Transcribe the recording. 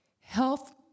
health